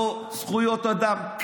לא זכויות אדם,